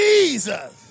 Jesus